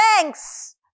thanks